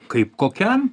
kaip kokiam